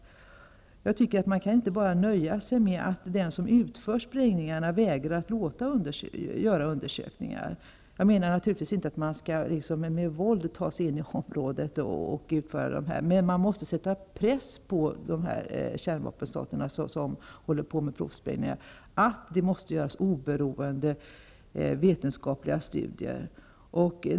Jag tycker att man inte bara kan nöja sig med att den som utför sprängningarna vägrar att låta göra undersökningar. Jag menar naturligtvis inte att man med våld skall ta sig in i området och utföra dessa undersökningar. Men man måste sätta press på de här kärnvapenstaterna, som håller på med provsprängningar, att det måste göras oberoende vetenskapliga studier.